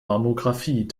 mammographie